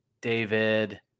David